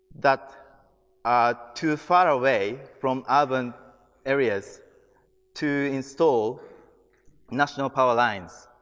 that are too far away from urban areas to install national power lines.